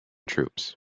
troops